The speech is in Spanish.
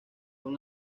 con